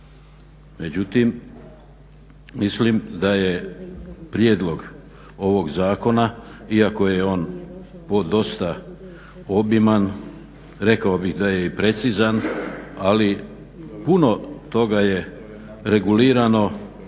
Međutim mislim da je prijedlog ovog zakona iako je on podosta obiman rekao bih da je i precizan, ali puno toga je regulirano